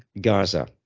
Gaza